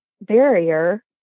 barrier